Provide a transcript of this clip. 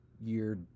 year